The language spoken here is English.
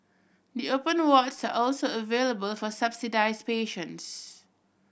the open wards are also available for subsidised patients